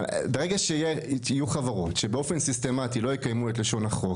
ברגע שיהיו חברות שבאופן סיסטמתי לא יקיימו את לשון החוק,